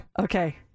Okay